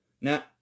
Now